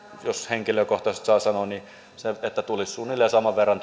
jos henkilökohtaisesti saa sanoa että tulisi suunnilleen saman verran